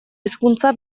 hizkuntza